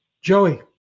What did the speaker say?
Joey